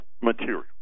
material